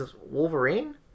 Wolverine